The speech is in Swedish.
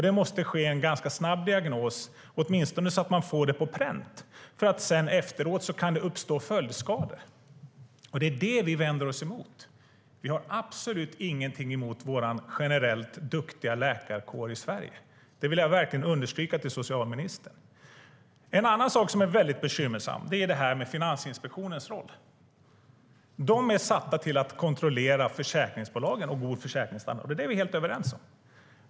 Det måste ske en ganska snabb diagnos, åtminstone så att man får det på pränt, för det kan uppstå följdskador efteråt. Det är det här som vi vänder oss emot. Vi har absolut ingenting emot vår generellt duktiga läkarkår i Sverige. Det vill jag verkligen understryka för socialministern. En annan sak som är bekymmersam är det här med Finansinspektionens roll. De är satta till att kontrollera försäkringsbolagen så att verksamheten bedrivs enligt god försäkringsstandard, och det är vi helt överens om.